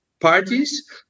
parties